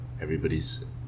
Everybody's